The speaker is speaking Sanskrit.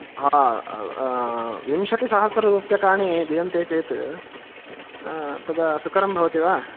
हा विंशतिसहस्र रूप्यकाणि दीयन्ते चेत् तदा सुकरं भवति वा